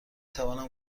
توانم